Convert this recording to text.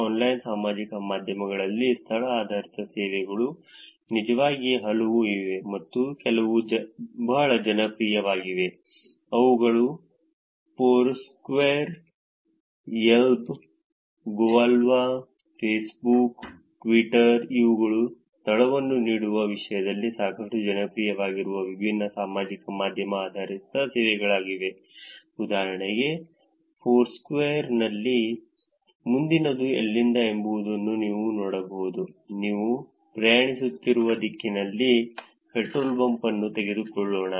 online ಸಾಮಾಜಿಕ ಮಾಧ್ಯಮದಲ್ಲಿ ಸ್ಥಳ ಆಧಾರಿತ ಸೇವೆಗಳು ನಿಜವಾಗಿ ಹಲವು ಇವೆ ಮತ್ತು ಕೆಲವು ಬಹಳ ಜನಪ್ರಿಯವಾಗಿವೆ ಅವುಗಳು Foursquare Yelp Gowalla Facebook Twitter ಇವುಗಳು ಸ್ಥಳವನ್ನು ನೀಡುವ ವಿಷಯದಲ್ಲಿ ಸಾಕಷ್ಟು ಜನಪ್ರಿಯವಾಗಿರುವ ವಿಭಿನ್ನ ಸಾಮಾಜಿಕ ಮಾಧ್ಯಮ ಆಧಾರಿತ ಸೇವೆಗಳಾಗಿವೆ ಉದಾಹರಣೆಗೆ ಫೋರ್ಸ್ಕ್ವೇರ್ ನಲ್ಲಿ ಮುಂದಿನದು ಎಲ್ಲಿದೆ ಎಂಬುದನ್ನು ನೀವು ನೋಡಬಹುದು ನೀವು ಪ್ರಯಾಣಿಸುತ್ತಿರುವ ದಿಕ್ಕಿನಲ್ಲಿ ಪೆಟ್ರೋಲ್ ಪಂಪ್ ಅನ್ನು ತೆಗೆದುಕೊಳ್ಳೋಣ